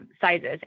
sizes